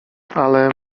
ale